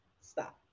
stop